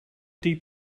deep